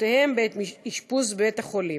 משפחותיהם בעת אשפוז בבית-החולים.